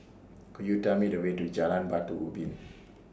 Could YOU Tell Me The Way to Jalan Batu Ubin